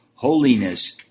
Holiness